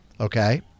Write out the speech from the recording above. okay